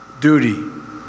Duty